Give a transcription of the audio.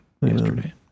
yesterday